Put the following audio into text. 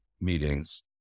meetings